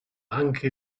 anche